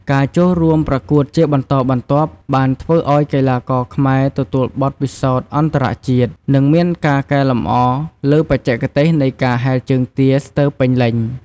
ការចូលរួមប្រកួតជាបន្តបន្ទាប់បានធ្វើឱ្យកីឡាករខ្មែរទទួលបទពិសោធន៍អន្ដរជាតិ និងមានការកែលម្អលើបច្ចេកទេសនៃការហែលជើងទាស្ទើរពេញលេញ។